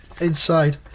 inside